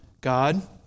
God